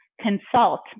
consult